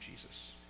Jesus